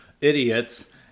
idiots